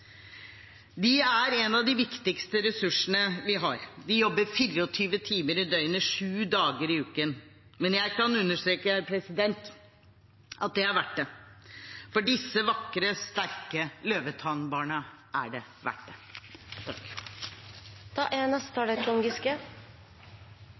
De er en av de viktigste ressursene vi har, de jobber 24 timer i døgnet 7 dager i uken, men jeg kan understreke at det er verdt det. For disse vakre, sterke løvetannbarna er det verdt det. Jeg er